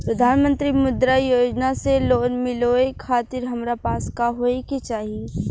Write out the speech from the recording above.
प्रधानमंत्री मुद्रा योजना से लोन मिलोए खातिर हमरा पास का होए के चाही?